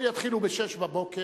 או יתחילו ב-06:00.